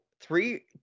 three